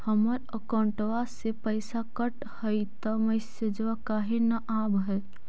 हमर अकौंटवा से पैसा कट हई त मैसेजवा काहे न आव है?